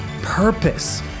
purpose